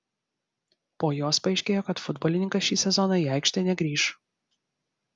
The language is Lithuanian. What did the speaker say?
po jos paaiškėjo kad futbolininkas šį sezoną į aikštę negrįš